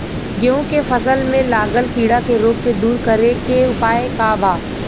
गेहूँ के फसल में लागल कीड़ा के रोग के दूर करे के उपाय का बा?